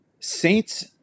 saints